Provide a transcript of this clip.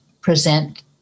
present